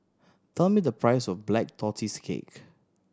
tell me the price of Black Tortoise Cake